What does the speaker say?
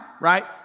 right